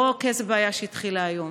לא כי איזה בעיה התחילה היום,